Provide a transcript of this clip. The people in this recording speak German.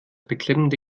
beklemmende